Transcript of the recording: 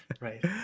Right